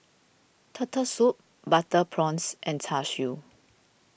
Turtle Soup Butter Prawns and Char Siu